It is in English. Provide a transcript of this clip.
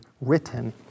written